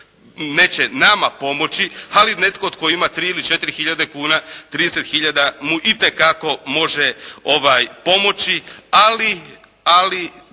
neće nama pomoći, ali nekome tko ima 3 ili 4 hiljade kuna, 30 hiljada mu itekako može pomoći,